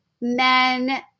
men